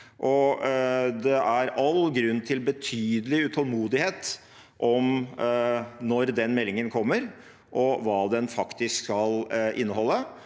det er all grunn til betydelig utålmodighet om når den meldingen kommer, og hva den faktisk skal inneholde.